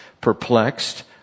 Perplexed